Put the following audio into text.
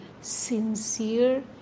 sincere